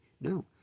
No